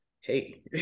hey